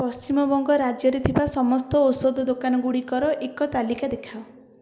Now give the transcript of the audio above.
ପଶ୍ଚିମବଙ୍ଗ ରାଜ୍ୟରେ ଥିବା ସମସ୍ତ ଔଷଧ ଦୋକାନ ଗୁଡ଼ିକର ଏକ ତାଲିକା ଦେଖାଅ